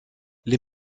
les